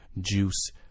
Juice